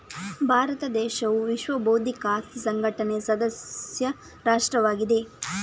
ಭಾರತ ದೇಶವು ವಿಶ್ವ ಬೌದ್ಧಿಕ ಆಸ್ತಿ ಸಂಘಟನೆಯ ಸದಸ್ಯ ರಾಷ್ಟ್ರವಾಗಿದೆ